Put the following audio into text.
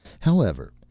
however,